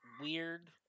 weird